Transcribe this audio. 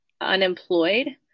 unemployed